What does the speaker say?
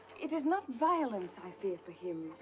it is not violence i fear for him,